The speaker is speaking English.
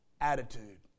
attitude